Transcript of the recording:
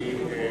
אדוני,